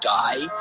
die